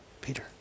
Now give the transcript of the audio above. Peter